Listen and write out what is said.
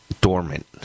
dormant